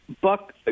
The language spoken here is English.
Buck